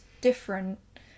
different